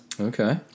Okay